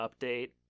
update